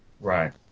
Right